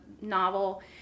novel